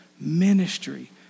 ministry